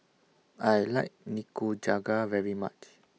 I like Nikujaga very much